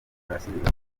arasubiza